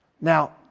Now